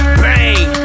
bang